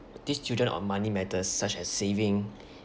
teach children on money matters such as saving